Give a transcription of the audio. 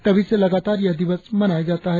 तभी से लगातार यह दिवस मनाया जाता है